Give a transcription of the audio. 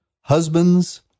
husbands